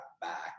back